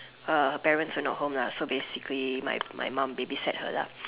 her parents are not home lah so basically my my mom babysat her lah